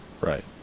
Right